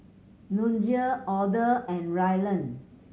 Nunzio Oda and Ryland